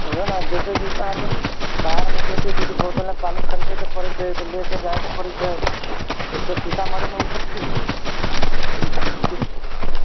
ओ उएह ने देखै छियै बाहरमे बाहरमे देखै छियै जे बोतलमे पानी खरीदैके पड़ै छै तऽ लऽ कऽ जाइके पड़ै छै सीतामढ़ीमे ओसभ सिस सीता सी